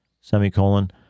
Semicolon